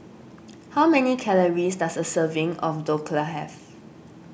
how many calories does a serving of Dhokla have